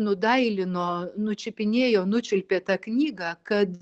nudailino nučiupinėjo nučiulpė tą knygą kad